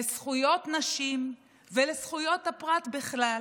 לזכויות נשים ולזכויות הפרט בכלל.